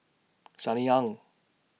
Sunny Ang